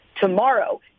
tomorrow